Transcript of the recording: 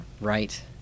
Right